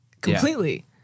completely